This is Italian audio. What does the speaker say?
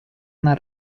una